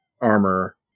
armor